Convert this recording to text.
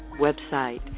website